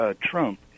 Trump